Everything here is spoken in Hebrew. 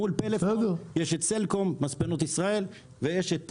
מול פלאפון יש סלקום מספנות ישראל, ויש אורנג'